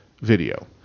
video